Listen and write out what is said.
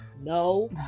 No